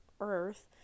Earth